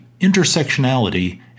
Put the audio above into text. intersectionality